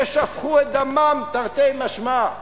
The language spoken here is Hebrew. ששפכו את דמם, תרתי משמע,